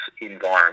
environment